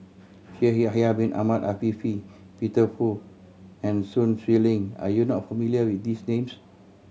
Shaikh Yahya Bin Ahmed Afifi Peter Fu and Sun Xueling are you not familiar with these names